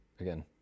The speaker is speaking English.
again